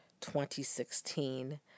2016